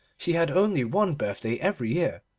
she had only one birthday every year,